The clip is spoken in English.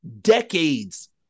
decades